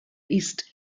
ist